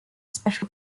special